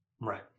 Right